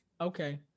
Okay